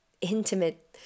intimate